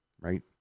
right